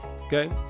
okay